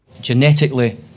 Genetically